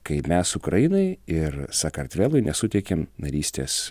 kai mes ukrainai ir sakartvelui nesuteikėm narystės